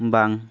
ᱵᱟᱝ